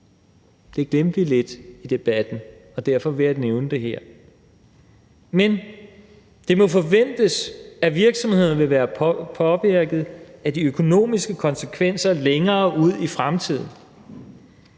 Det glemte vi lidt i debatten, og derfor vil jeg nævne det her. Men det må forventes, at virksomhederne vil være påvirket af de økonomiske konsekvenser længere ud i fremtiden